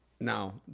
Now